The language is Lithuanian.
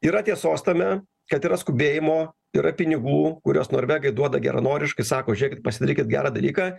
yra tiesos tame kad yra skubėjimo yra pinigų kuriuos norvegai duoda geranoriškai sako žiūrėkit pasidarykit gerą dalyką